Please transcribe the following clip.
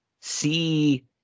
see